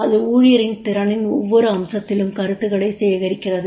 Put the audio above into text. அது ஊழியரின் திறனின் ஒவ்வொரு அம்சத்திலும் கருத்துக்களை சேகரிக்கிறது